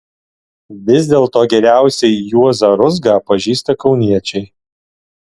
vis dėlto geriausiai juozą ruzgą pažįsta kauniečiai